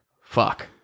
Fuck